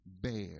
bear